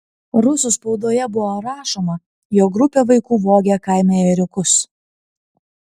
rusų spaudoje buvo rašoma jog grupė vaikų vogė kaime ėriukus